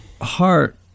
heart